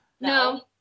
No